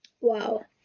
Wow